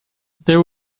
there